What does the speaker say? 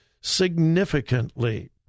significantly